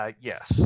yes